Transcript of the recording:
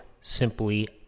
simply